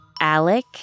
Alec